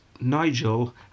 Nigel